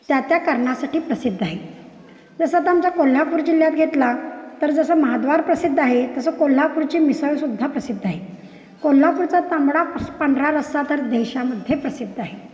त्या त्या करण्यासाठी प्रसिद्ध आहे जसं आता आमचा कोल्हापूर जिल्ह्यात घेतला तर जसं महाद्वार प्रसिद्ध आहे तसं कोल्हापूरची मिसळ सुद्धा प्रसिद्ध आहे कोल्हापूरचा तांबडा पस पांढरा रस्सा तर देशामध्ये प्रसिद्ध आहे